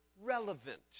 relevant